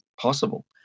possible